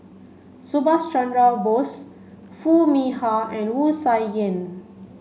Subhas Chandra Bose Foo Mee Har and Wu Tsai Yen